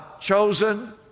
chosen